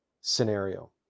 scenario